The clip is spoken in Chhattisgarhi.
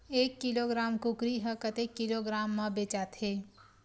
एक किलोग्राम कुकरी ह कतेक किलोग्राम म बेचाथे?